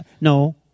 No